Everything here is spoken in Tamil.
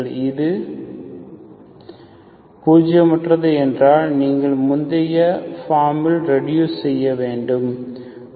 இது nonzero என்றால் நீங்கள் முந்தைய ஃபார்மில் ரெடுஸ் செய்ய வேண்டும் uξ η